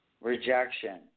rejection